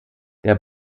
der